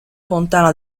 fontana